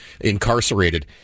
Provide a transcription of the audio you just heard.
incarcerated